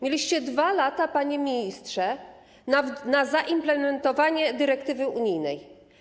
Mieliście 2 lata, panie ministrze, na zaimplementowanie dyrektywy unijnej.